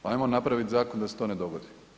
Pa hajmo napraviti zakon da se to ne dogodi.